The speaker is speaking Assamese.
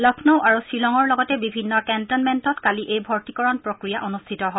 লম্মৌ আৰু শ্বিলঙৰ লগেত বিভিন্ন কেণ্টনমেণ্টত কালি এই ভৰ্তিকৰণ প্ৰক্ৰিয়া অনুষ্ঠিত হয়